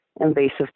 invasive